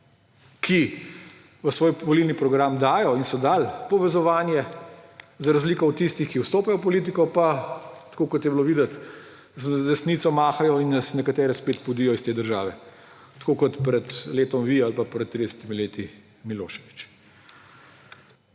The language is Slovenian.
ki v svoj volilni program dajo in so dali povezovanje. Za razliko od tistih, ki vstopajo v politiko pa, tako kot je bilo videti, z desnico mahajo in nas nekatere spet podijo iz te države, tako kot pred letom vi ali pa pred 30 leti Milošević.